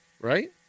Right